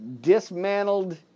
dismantled